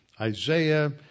Isaiah